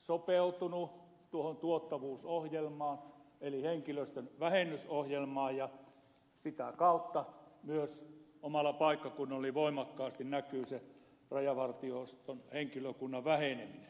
sopeutunut tuohon tuottavuusohjelmaan eli henkilöstön vähennysohjelmaan ja sitä kautta myös omalla paikkakunnallani voimakkaasti näkyy se rajavartioston henkilökunnan väheneminen